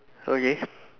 okay